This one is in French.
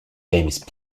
james